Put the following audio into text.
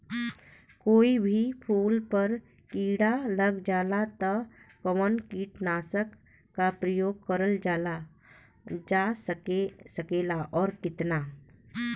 कोई भी फूल पर कीड़ा लग जाला त कवन कीटनाशक क प्रयोग करल जा सकेला और कितना?